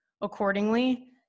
accordingly